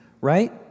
right